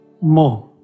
more